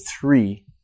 three